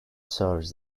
serves